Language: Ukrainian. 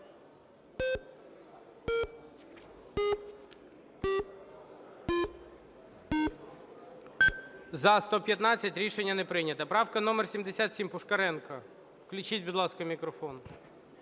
За-115 Рішення не прийнято. Правка номер 77, Пушкаренко. Включіть, будь ласка, мікрофон.